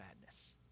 madness